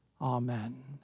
Amen